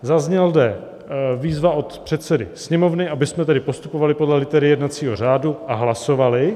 Zazněla zde výzva od předsedy Sněmovny, abychom postupovali podle litery jednacího řádu a hlasovali.